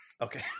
okay